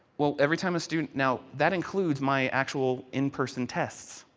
well, every time a student know that includes my actual in person tests.